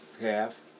half